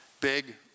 Big